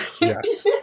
Yes